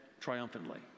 triumphantly